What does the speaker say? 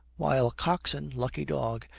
while coxon, lucky dog,